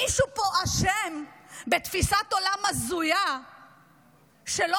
מישהו פה אשם בתפיסת עולם הזויה שלא